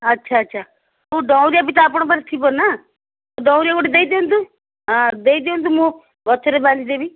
ଆଚ୍ଛା ଆଚ୍ଛା ଆଉ ଡଉଁରିଆ ବି ତ ଆପଣଙ୍କ ପାଖରେ ଥିବ ନା ଡଉଁରିଆ ଗୋଟେ ଦେଇଦିଅନ୍ତୁ ହଁ ଦେଇଦିଅନ୍ତୁ ମୁଁ ପଛରେ ବାନ୍ଧିଦେବି